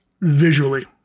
visually